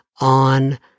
on